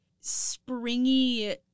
springy